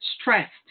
stressed